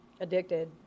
addicted